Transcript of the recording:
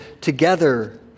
together